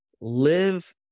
live